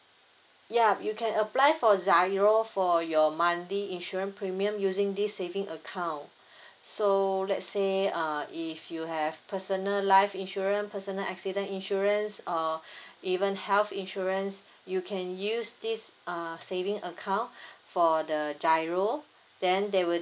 yup you can apply for GIRO for your monthly insurance premium using this saving account so let's say uh if you have personal life insurance personal accident insurance or even health insurance you can this uh saving account for the GIRO then they will